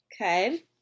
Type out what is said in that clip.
okay